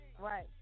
Right